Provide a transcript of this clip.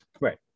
Right